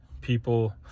people